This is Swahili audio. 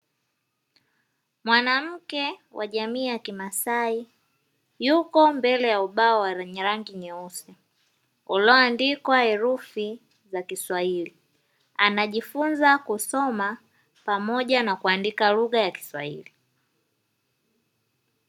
Mwanamke wa jamii ya kimasai, yuko mbele ya ubao wenye rangi nyeusi, ulio andikwa herufi za kiswahili, anajifunza kusoma pamoja na kuandika lugha ya kiswahili.